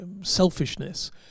selfishness